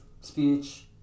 speech